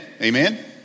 Amen